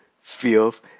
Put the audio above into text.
fifth